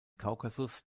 kaukasus